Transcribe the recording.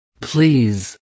please